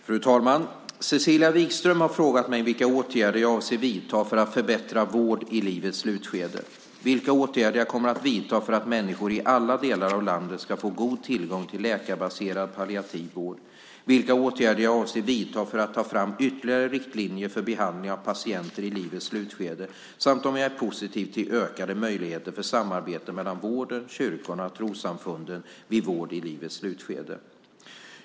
Fru talman! Cecilia Wikström har frågat mig vilka åtgärder jag avser att vidta för att förbättra vård i livets slutskede, vilka åtgärder jag kommer att vidta för att människor i alla delar av landet ska få god tillgång till läkarbaserad palliativ vård, vilka åtgärder jag avser att vidta för att ta fram ytterligare riktlinjer för behandling av patienter i livets slutskede samt om jag är positiv till ökade möjligheter för samarbete mellan vården, kyrkorna och trossamfunden vid vård i livets slutskede.